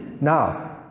Now